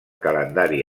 calendari